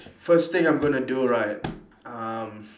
first thing I'm gonna do right um